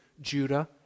Judah